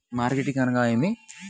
Marketing అనగానేమి?